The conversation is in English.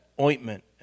ointment